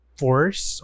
force